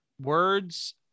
Words